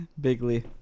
Bigly